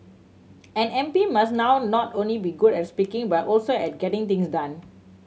an M P must now not only be good at speaking but also at getting things done